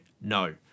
no